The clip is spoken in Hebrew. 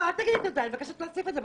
אל תגיד לי תודה, אני מבקשת להוסיף את זה.